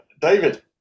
David